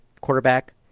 quarterback